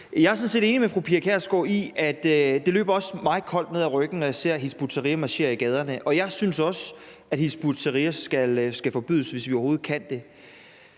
med 40-årsjubilæet i Folketinget – og det løber også mig koldt ned ad ryggen, når jeg ser Hizb ut-Tahrir marchere i gaderne, og jeg synes også, at Hizb ut-Tahrir skal forbydes, hvis vi overhovedet kan gøre